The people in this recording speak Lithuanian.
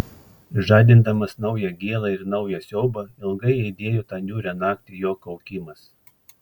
žadindamas naują gėlą ir naują siaubą ilgai aidėjo tą niūrią naktį jo kaukimas